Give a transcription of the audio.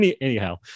anyhow